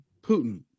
Putin